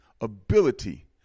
ability